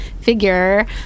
figure